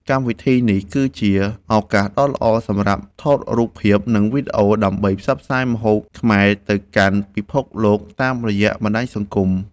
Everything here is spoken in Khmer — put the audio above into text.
កម្មវិធីនេះគឺជាឱកាសដ៏ល្អសម្រាប់ថតរូបភាព និងវីដេអូ ដើម្បីផ្សព្វផ្សាយម្ហូបខ្មែរទៅកាន់ពិភពលោកតាមរយៈបណ្ដាញសង្គម។